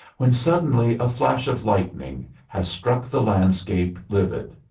when suddenly a flash of lightning has struck the landscape livid.